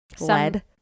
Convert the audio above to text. lead